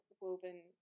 woven